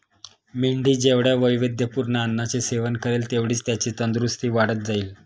मेंढी जेवढ्या वैविध्यपूर्ण अन्नाचे सेवन करेल, तेवढीच त्याची तंदुरस्ती वाढत जाईल